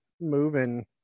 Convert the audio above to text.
moving –